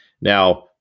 Now